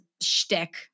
shtick